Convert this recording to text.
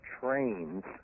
trains